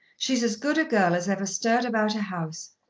she's as good a girl as ever stirred about a house.